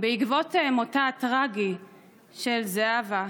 בעקבות מותה הטרגי של זהבה,